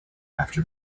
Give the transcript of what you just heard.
after